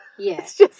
Yes